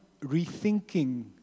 rethinking